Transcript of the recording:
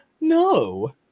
no